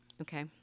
okay